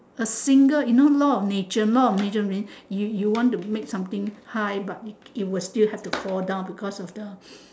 a single you know law of nature law of nature means you you want to make something high but it it will still have to fall down because of the